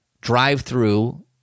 drive-through